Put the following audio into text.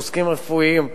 פוסקים רפואיים,